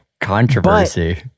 Controversy